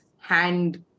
hand